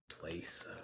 place